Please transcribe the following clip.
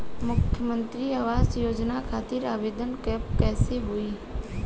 मुख्यमंत्री आवास योजना खातिर आवेदन कब से होई?